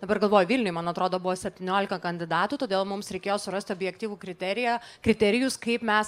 dabar galvoju vilniuj man atrodo buvo septyniolika kandidatų todėl mums reikėjo surasti objektyvų kriteriją kriterijus kaip mes